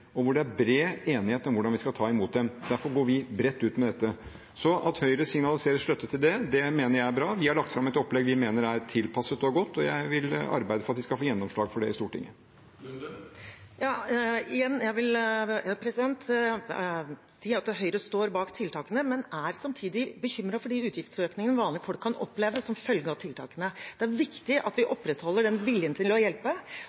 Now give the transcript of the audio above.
hvor det er bred enighet om hvordan vi skal ta imot dem. Derfor går vi bredt ut med dette. At Høyre signaliserer støtte til det, mener jeg er bra. Vi har lagt fram et opplegg vi mener er tilpasset og godt, og jeg vil arbeide for at vi skal få gjennomslag for det i Stortinget. Heidi Nordby Lunde – til oppfølgingsspørsmål. Igjen vil jeg si at Høyre står bak tiltakene, men jeg er samtidig bekymret for de utgiftsøkningene vanlige folk kan oppleve som følge av tiltakene. Det er viktig at vi opprettholder den viljen til å hjelpe,